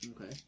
Okay